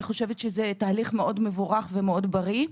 אני חושבת שזה תהליך מאוד מבורך ומאוד בריא.